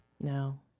No